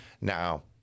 now